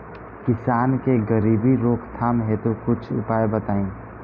किसान के गरीबी रोकथाम हेतु कुछ उपाय बताई?